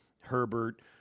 herbert